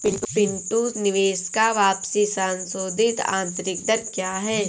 पिंटू निवेश का वापसी संशोधित आंतरिक दर क्या है?